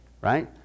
right